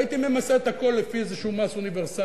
והייתי ממסה את הכול לפי איזה מס אוניברסלי.